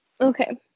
okay